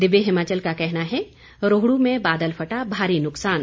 दिव्य हिमाचल का कहना है रोहडू में बादल फटा भारी नुकसान